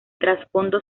trasfondo